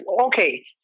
Okay